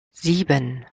sieben